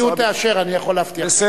הנשיאות תאשר, אני יכול להבטיח לך.